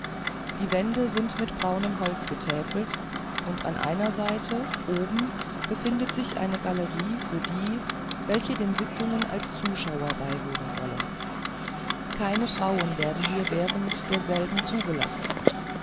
die wände sind mit braunem holze getäfelt und an einer seite oben befindet sich eine galerie für die welche den sitzungen als zuschauer beiwohnen wollen keine frauen werden hier während derselben zugelassen